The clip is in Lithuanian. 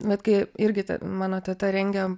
bet kai irgi ten mano teta rengė